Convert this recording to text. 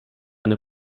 eine